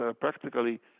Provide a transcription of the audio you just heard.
practically